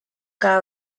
cada